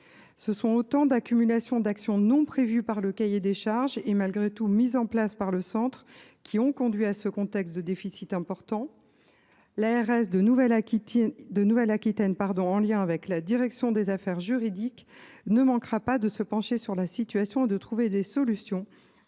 Ce sont autant d’accumulations d’actions non prévues dans le cahier des charges et pourtant mises en place par le centre qui ont conduit à ce contexte de déficit important. L’ARS de Nouvelle Aquitaine, en lien avec la direction des affaires juridiques (DAJ), ne manquera pas de se pencher sur la situation et de trouver des solutions